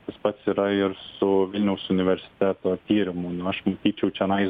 tas pats yra ir su vilniaus universiteto tyrimu nu aš matyčiau čionais